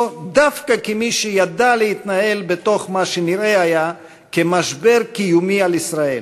דווקא כמי שידע להתנהל בתוך מה שנראה היה כמשבר קיומי על ישראל,